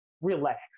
relax